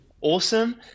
awesome